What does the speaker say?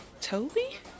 Toby